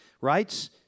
writes